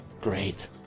great